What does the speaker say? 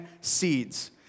seeds